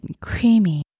creamy